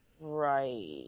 Right